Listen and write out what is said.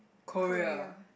Korea